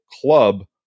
club